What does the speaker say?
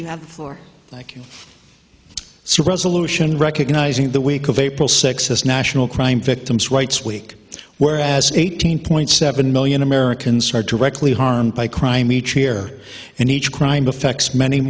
you have the floor like you resolution recognizing the week of april sixth as national crime victims rights week where as eighteen point seven million americans are directly harmed by crime each year and each crime affects many